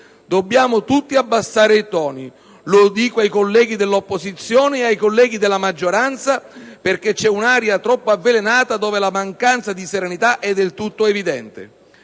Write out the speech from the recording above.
Dobbiamo tutti abbassare i toni: lo dico ai colleghi dell'opposizione e ai colleghi della maggioranza, perché c'è un'aria troppo avvelenata, dove la mancanza di serenità è del tutto evidente.